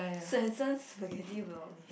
Swensen's spaghetti bolognese